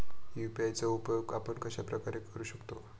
UPI चा उपयोग आपण कशाप्रकारे करु शकतो?